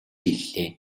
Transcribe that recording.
хэллээ